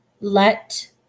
Let